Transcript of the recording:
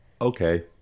okay